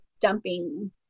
dumping